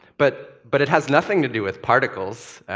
but but it has nothing to do with particles.